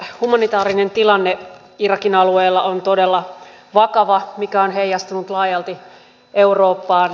humanitaarinen tilanne irakin alueella on todella vakava mikä on heijastunut laajalti eurooppaan